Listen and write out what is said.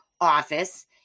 office